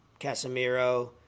Casemiro